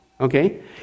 Okay